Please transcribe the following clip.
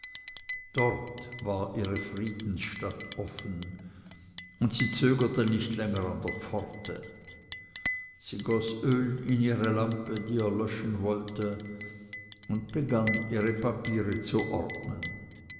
dort war ihre friedensstatt offen und sie zögerte nicht länger an der pforte sie goß öl in ihre lampe die erlöschen wollte und begann ihre papiere zu ordnen